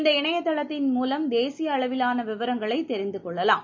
இந்த இணையதளத்தின் மூலம் தேசியஅளவிலானவிவரங்களைதெரிந்துகொள்ளலாம்